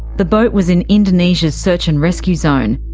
the boat was in indonesia's search and rescue zone,